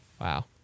wow